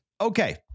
Okay